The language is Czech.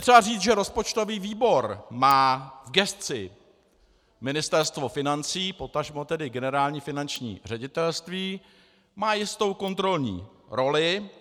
Je třeba říci, že rozpočtový výbor má v gesci Ministerstvo financí, potažmo tedy Generální finanční ředitelství, má jistou kontrolní roli.